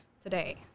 today